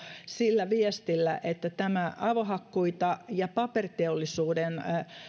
sillä viestillä että tämä avohakkuita ja paperiteollisuuden